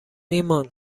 ایمان